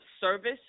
service